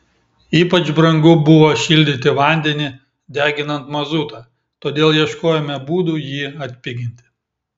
ypač brangu buvo šildyti vandenį deginant mazutą todėl ieškojome būdų jį atpiginti